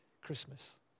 Christmas